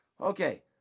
Okay